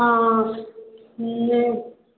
ହଁ ହେଲେ